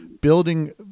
building